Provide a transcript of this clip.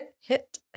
hit